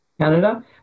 Canada